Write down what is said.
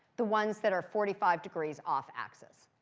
the ones that are forty five degrees off axis.